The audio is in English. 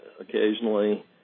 occasionally